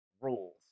rules